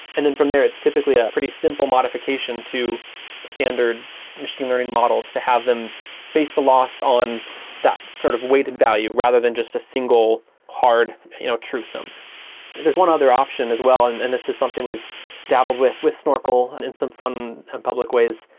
and then from there, it's typically a pretty simple modification to standard machine learning models to have them base the loss on that sort of weighted value rather than just a single hard you know truth number there's one other option as well, and and this is something we've dabbled with with snorkel and in some fun and public ways,